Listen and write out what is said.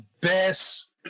best